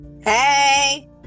Hey